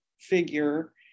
figure